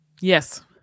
Yes